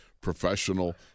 professional